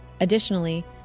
Additionally